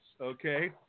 okay